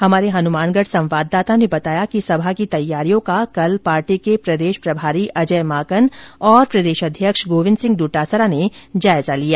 हमारे हनुमानगढ़ संवाददाता ने बताया कि सभा की तैयारियों का कल पार्टी के प्रदेश प्रभारी अजय माकन और प्रदेश अध्यक्ष गोविन्द सिंह डोटासरा ने जायजा लिया